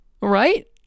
Right